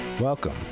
welcome